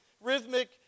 rhythmic